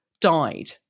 died